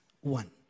one